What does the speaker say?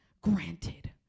granted